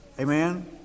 Amen